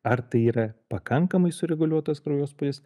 ar tai yra pakankamai sureguliuotas kraujospūdis